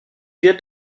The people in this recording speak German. wird